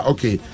Okay